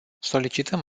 solicităm